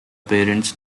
parents